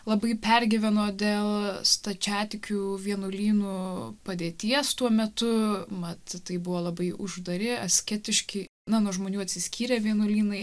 labai pergyveno dėl stačiatikių vienuolynų padėties tuo metu mat tai buvo labai uždari asketiški na nuo žmonių atsiskyrę vienuolynai